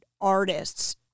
artists